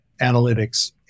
analytics